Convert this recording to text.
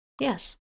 Yes